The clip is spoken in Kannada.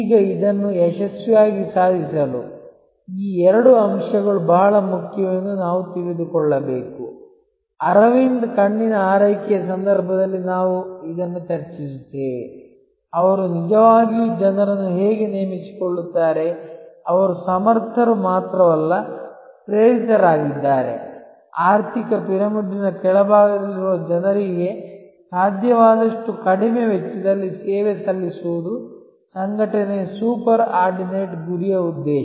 ಈಗ ಇದನ್ನು ಯಶಸ್ವಿಯಾಗಿ ಸಾಧಿಸಲು ಈ ಎರಡು ಅಂಶಗಳು ಬಹಳ ಮುಖ್ಯವೆಂದು ನಾವು ತಿಳಿದುಕೊಳ್ಳಬೇಕು ಅರವಿಂದ್ ಕಣ್ಣಿನ ಆರೈಕೆಯ ಸಂದರ್ಭದಲ್ಲಿ ನಾವು ಇದನ್ನು ಚರ್ಚಿಸುತ್ತೇವೆ ಅವರು ನಿಜವಾಗಿಯೂ ಜನರನ್ನು ಹೇಗೆ ನೇಮಿಸಿಕೊಳ್ಳುತ್ತಾರೆ ಅವರು ಸಮರ್ಥರು ಮಾತ್ರವಲ್ಲ ಪ್ರೇರಿತರಾಗಿದ್ದಾರೆ ಆರ್ಥಿಕ ಪಿರಮಿಡ್ನ ಕೆಳಭಾಗದಲ್ಲಿರುವ ಜನರಿಗೆ ಸಾಧ್ಯವಾದಷ್ಟು ಕಡಿಮೆ ವೆಚ್ಚದಲ್ಲಿ ಸೇವೆ ಸಲ್ಲಿಸುವುದು ಸಂಘಟನೆಯ ಅತಿ ಮುಖ್ಯ ಗುರಿಯ ಉದ್ದೇಶ